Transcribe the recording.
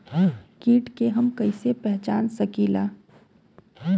कीट के हम कईसे पहचान सकीला